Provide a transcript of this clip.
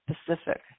specific